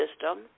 system